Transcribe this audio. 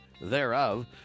thereof